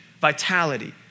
vitality